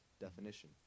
Definition